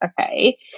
okay